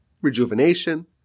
rejuvenation